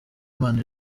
imana